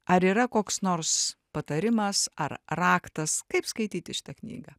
ar yra koks nors patarimas ar raktas kaip skaityti šitą knygą